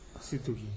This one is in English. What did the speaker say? Situ